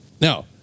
Now